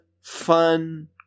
fun